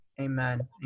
Amen